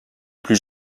plus